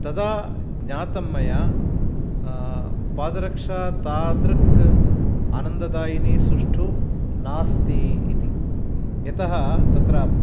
तदा ज्ञातं मया पादरक्षा तादृक् आनन्ददायिनी सुष्ठु नास्ति इति यतः तत्र